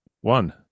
one